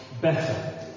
better